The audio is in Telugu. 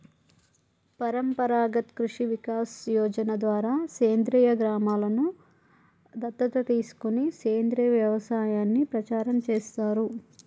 పరంపరాగత్ కృషి వికాస్ యోజన ద్వారా సేంద్రీయ గ్రామలను దత్తత తీసుకొని సేంద్రీయ వ్యవసాయాన్ని ప్రచారం చేస్తారు